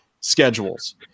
schedules